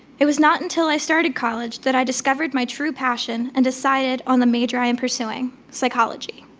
it was not until i started college that i discovered my true passion and decided on the major i am pursuing, psychology.